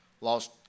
lost